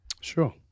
Sure